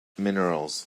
minerals